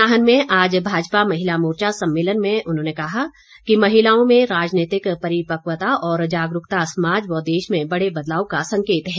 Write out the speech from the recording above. नाहन में आज भाजपा महिला मोर्चा सम्मेलन में उन्होंने कहा कि महिलाओं में राजनीतिक परिपक्वता और जागरूकता समाज व देश में बड़े बदलाव का संकेत है